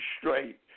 straight